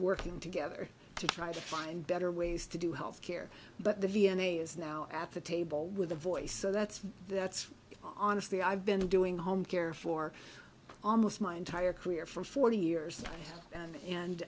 working together to try to find better ways to do health care but the v n a is now at the table with a voice so that's that's honestly i've been doing home care for almost my entire career for forty years and